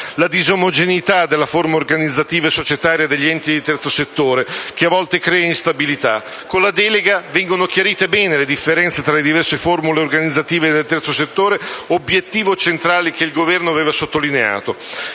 La disomogeneità della forma organizzativa e societaria degli enti di terzo settore a volte crea instabilità. Con la delega vengono chiarite bene le differenze tra le diverse formule organizzative del terzo settore, obiettivo centrale che il Governo aveva sottolineato.